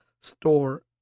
store